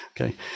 okay